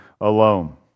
alone